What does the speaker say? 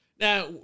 Now